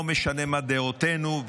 לא משנה מה דעותינו,